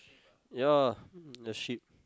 ya the sheep